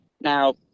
Now